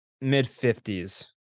mid-50s